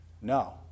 No